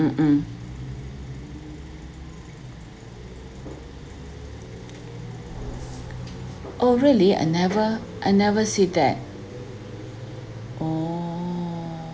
mm mm oh really I never I never see that oh